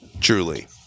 truly